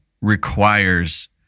requires